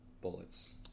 bullets